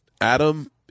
Adam